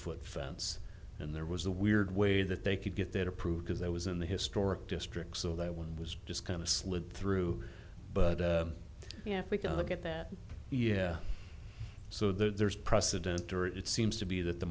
foot fence and there was a weird way that they could get that approved because that was in the historic district so that one was just kind of slid through but you know if we can look at that yeah so there's precedent or it seems to be that the